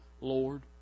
Lord